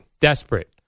desperate